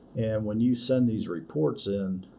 and when you send these reports in,